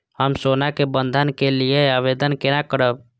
हम सोना के बंधन के लियै आवेदन केना करब?